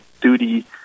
duty